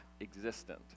existent